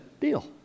Deal